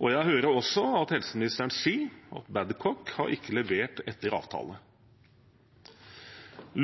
Jeg hører også at helseministeren sier at Babcock ikke har levert etter avtale.